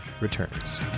returns